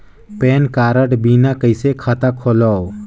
Pan card बिना कइसे खाता खोलव?